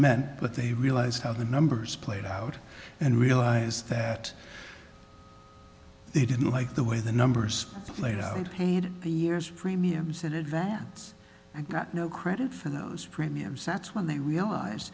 meant but they realized how the numbers played out and realized that they didn't like the way the numbers played out and paid the year's premiums in advance and got no credit for those premiums that's when they realize